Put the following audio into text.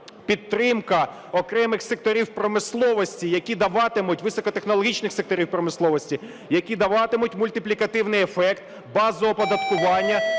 Підтримка окремих секторів промисловості, які даватимуть... високотехнологічних секторів промисловості, які даватимуть мультиплікативний ефект базового оподаткування,